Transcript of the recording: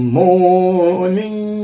morning